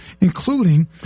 including